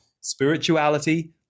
spirituality